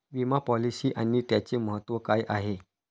विमा पॉलिसी आणि त्याचे महत्व काय आहे?